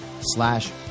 slash